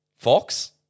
Fox